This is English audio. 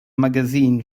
magazine